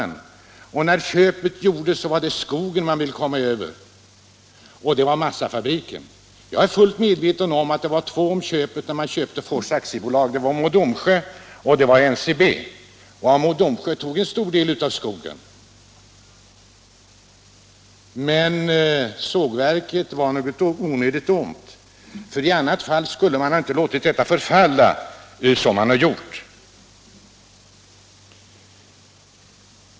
När köpet gjordes var det skogen och massafabriken man ville komma över. Jag är fullt medveten om att det var två om affären när man köpte Forss ab, Mo och Domsjö AB och NCB. Mo och Domsjö tog en stor del av skogen, men sågverket var tydligen något nödvändigt ont för NCB. I annat fall skulle man inte ha låtit det förfalla som man nu har gjort.